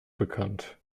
bekannt